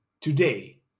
today